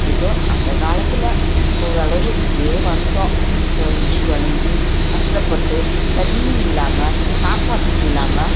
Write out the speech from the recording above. ஏதோ அந்த காலத்தில் ஓரளவு அப்படியே வந்தோம் ஓங்கி தொலங்கி கஷ்டப்பட்டு தண்ணி இல்லாமல் சாப்பாட்டுக்கு இல்லாமல்